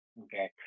Okay